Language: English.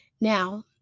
Now